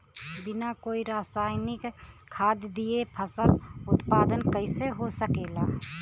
बिना कोई रसायनिक खाद दिए फसल उत्पादन कइसे हो सकेला?